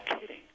kidding